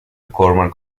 gorman